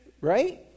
right